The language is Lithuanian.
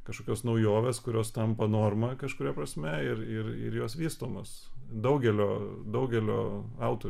kažkokios naujovės kurios tampa norma kažkuria prasme ir ir ir jos vystomos daugelio daugelio autorių